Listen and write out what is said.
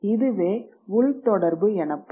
இதுவே உள் தொடர்பு எனப்படும்